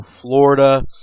Florida